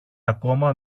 ακόμα